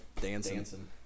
dancing